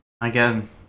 again